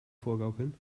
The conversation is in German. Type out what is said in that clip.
vorgaukeln